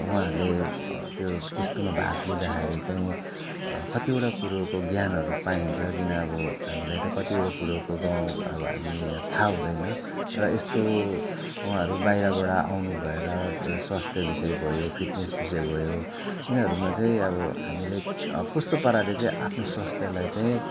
उहाँहरूले त्यो त्यस्तोमा भाग लिँदाखेरि चाहिँ कतिवटा कुरोको ज्ञानहरू पाइन्छ किन अब हामीलाई त कति एउटै कुरोको अब हामी थाहा हुँदैन र यस्तो उहाँहरू बाहिरबाट आउनु भएर स्वास्थ्य विषय भयो फिट्नेस विषय भयो यिनीहरूमा चाहिँ अब हामीले चाहिँ अब कस्तो पाराले चाहिँ आफ्नो स्वास्थ्यलाई चाहिँ